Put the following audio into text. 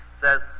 says